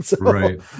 Right